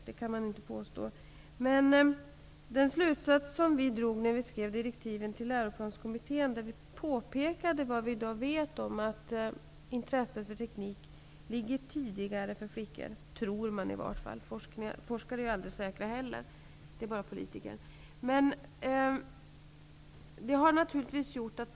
Det kan jag inte påstå. I slutsatsen som drogs i samband med att vi skrev direktiven till Läroplanskommittén påpekade vi att intresset för teknik ligger tidigare i tiden för flickor än för pojkar -- tror forskarna i alla fall. Forskare är ju aldrig säkra, det är bara politiker som är.